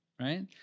right